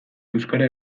euskara